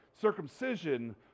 Circumcision